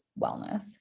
wellness